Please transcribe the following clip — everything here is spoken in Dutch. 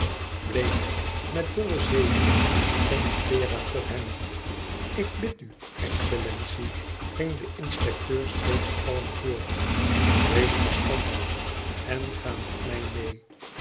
bleek met dolle zenuwen stond vera voor hem ik bid u excellentie ging de inspecteur steeds kalm voort wees verstandig en ga met mij meê